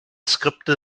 skripte